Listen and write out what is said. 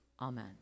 Amen